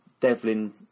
Devlin